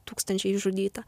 tūkstančiai išžudyta